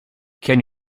can